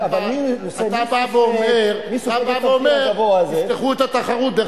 אתה בא ואומר: תפתחו את התחרות.